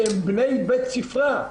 שהם בני בית ספרה,